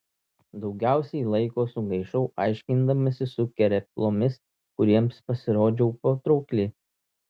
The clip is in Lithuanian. daugiausiai laiko sugaišau aiškindamasi su kerėplomis kuriems pasirodžiau patraukli